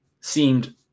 seemed